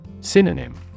Synonym